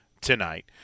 tonight